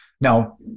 Now